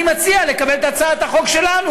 אני מציע לקבל את הצעת החוק שלנו.